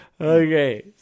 Okay